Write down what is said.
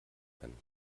können